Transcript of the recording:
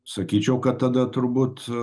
sakyčiau kad tada turbūt